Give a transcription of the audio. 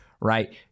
right